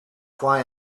why